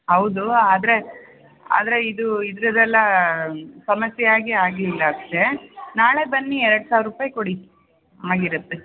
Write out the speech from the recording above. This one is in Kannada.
ಹೌದು ಆದರೆ ಆದರೆ ಇದು ಇದರದ್ದೆಲ್ಲ ಸಮಸ್ಯೆ ಆಗಿ ಆಗಲಿಲ್ಲ ಅಷ್ಟೆ ನಾಳೆ ಬನ್ನಿ ಎರಡು ಸಾವಿರ ರೂಪಾಯಿ ಕೊಡಿ ಆಗಿರತ್ತೆ